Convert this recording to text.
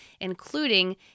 including